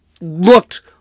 looked